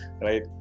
right